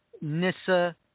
NISA